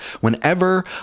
whenever